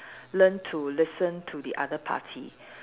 learn to listen to the other party